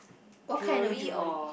what kind of jewelry